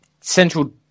central